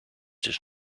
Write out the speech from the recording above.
dus